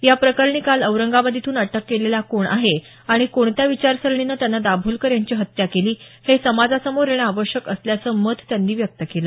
या प्रकरणी काल औरंगाबाद इथून अटक केलेला कोण आहे आणि कोणत्या विचारसरणीनं त्यानं दाभोलकर यांची हत्या केली हे समाजासमोर येणं आवश्यक असल्याचं मत त्यांनी व्यक्त केलं